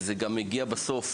וזה גם מגיע בסוף,